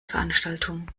veranstaltung